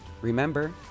Remember